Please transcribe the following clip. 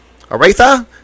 Aretha